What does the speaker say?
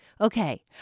Okay